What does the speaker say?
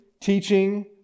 teaching